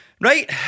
Right